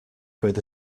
through